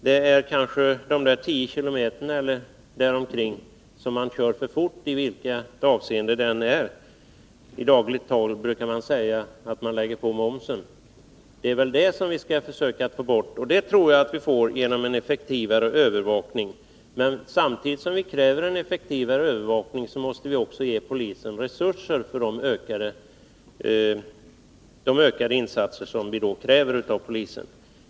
Det är kanske de där 10 km eller där omkring som man kör för fort i vilket avseende det än är — i dagligt tal brukar man säga att man lägger på momsen — som vi skall försöka få bort. Det tror jag att vi får genom en effektivare övervakning, men samtidigt som vi kräver en sådan måste vi ge polisen resurser för de ökade insatser som vi därmed fordrar av den.